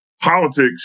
politics